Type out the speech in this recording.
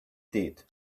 did